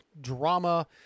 drama